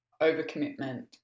overcommitment